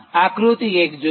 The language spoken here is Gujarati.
આકૃતિ 1 જોઇએ